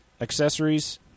Accessories